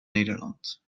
nederland